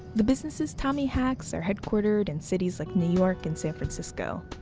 the businesses tommy hacks are headquartered in cities like new york and san francisco.